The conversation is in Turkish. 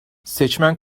seçmen